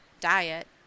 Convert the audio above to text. diet